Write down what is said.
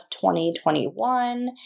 2021